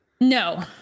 No